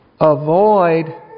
avoid